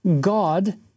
God